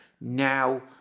now